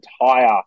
entire